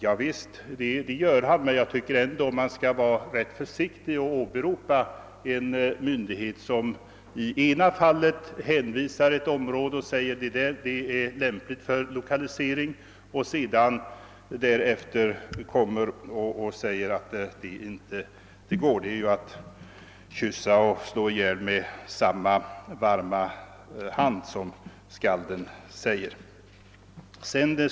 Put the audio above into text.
Javisst, det gör han, men jag tycker ändå man bör vara försiktig med att åberopa en myndighet som i ena fallet uttalar att ett område är lämpligt för lokalisering och i andra fallet säger att en lokalisering där inte är möjlig. Det är att kyssa och slå ihjäl med samma varma själ, såsom skalden säger.